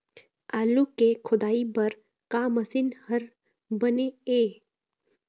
आलू के खोदाई बर का मशीन हर बने ये?